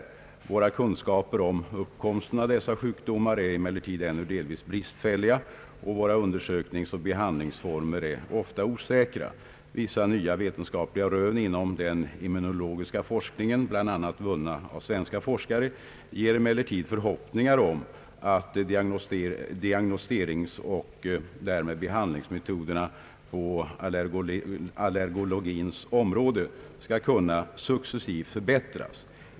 Styrelsen säger vidare: »Våra kunskaper om uppkomsten av dessa sjukdomar är emellertid ännu delvis bristfälliga, och våra undersökningsoch behandlingsformer är ofta osäkra. Vissa nya vetenskapliga rön inom den immunologiska forskningen, bl.a. vunna av svenska forskare, ger emellertid förhoppningar om att diagnostiseringsoch därmed behandlingsmetoderna på <allergologins område skall kunna successivt förbättras.